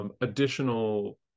additional